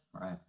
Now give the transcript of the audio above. right